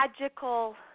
magical